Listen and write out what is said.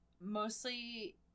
mostly